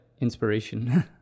inspiration